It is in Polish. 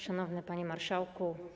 Szanowny Panie Marszałku!